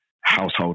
household